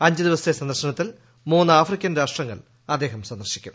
അഞ്ചു ദിവസത്തെ സന്ദർശനത്തിൽ മൂന്ന് ആഫ്രിക്കൻ രാഷ്ട്രങ്ങൾ അദ്ദേഹം സന്ദർശിക്കും